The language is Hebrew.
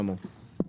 גמור.